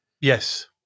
Yes